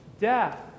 death